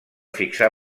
fixar